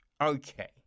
okay